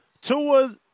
Tua